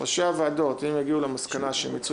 אם ראשי הוועדות יגיעו למסקנה שהם מיצו